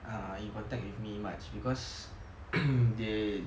err in contact with me much because they